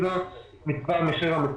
זה פורסם ומתחילים